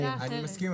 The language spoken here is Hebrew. אני מסכים,